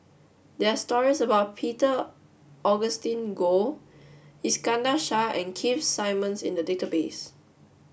there are stories about Peter Augustine Goh Iskandar Shah and Keith Simmons in the database